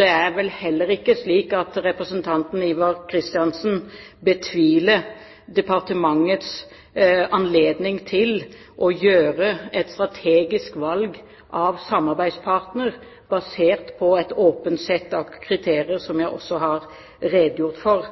Det er vel heller ikke slik at representanten Ivar Kristiansen betviler departementets anledning til å gjøre et strategisk valg av samarbeidspartner basert på et åpent sett av kriterier, som jeg også har redegjort for.